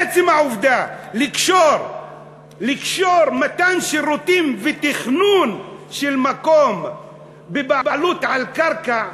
עצם העובדה לקשור מתן שירותים ותכנון של מקום בבעלות על קרקע,